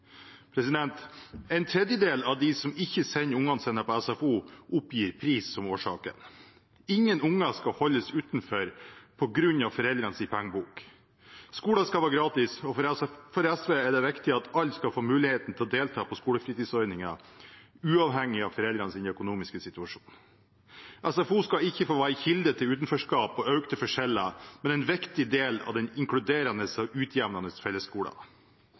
En tredjedel av dem som ikke sender ungene sine på SFO, oppgir pris som årsak. Ingen unger skal holdes utenfor på grunn av foreldrenes pengebok. Skolen skal være gratis, og for SV er det viktig at alle skal få muligheten til å delta på skolefritidsordningen, uavhengig av foreldrenes økonomiske situasjon. SFO skal ikke være en kilde til utenforskap og økte forskjeller, men en viktig del av den inkluderende og utjevnende